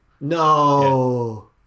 No